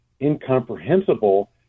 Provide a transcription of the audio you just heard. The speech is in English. incomprehensible